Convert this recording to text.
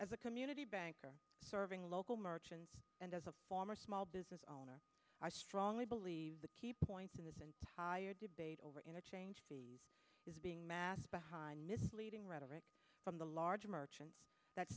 as a community bank or serving local merchants and as a former small business owner i strongly believe the key point in this entire debate over interchange he is being masked behind misleading rhetoric from the large merchants that